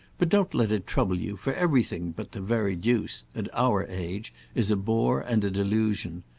but don't let it trouble you, for everything but the very deuce at our age is a bore and a delusion,